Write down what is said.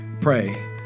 Pray